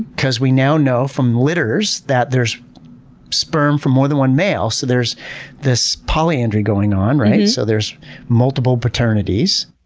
because we now know from litters that there's sperm from more than one male. so there's this polyandry going on, right? so there's multiple paternities.